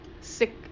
sick